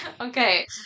okay